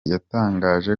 yatangaje